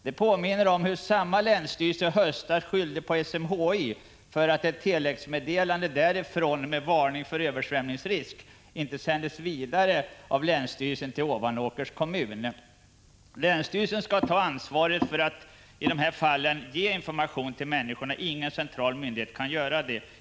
Detta påminner om hur samma länsstyrelse i höstas skyllde på SMHI för att ett telexmeddelande därifrån med varning för översvämning inte av länsstyrelsen sändes vidare till Ovanåkers kommun. Länsstyrelsen måste ta ansvaret för att i dessa fall ge information till människorna. Ingen central myndighet kan göra detta.